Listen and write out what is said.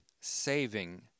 saving